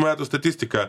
metų statistika